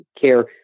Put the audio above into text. care